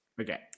Okay